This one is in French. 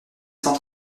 cent